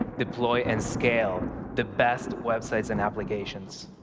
deploy, and scale the best websites and applications.